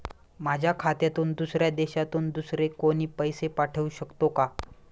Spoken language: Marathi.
माझ्या खात्यात दुसऱ्या देशातून दुसरे कोणी पैसे पाठवू शकतो का?